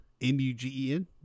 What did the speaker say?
M-U-G-E-N